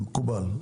מקובל.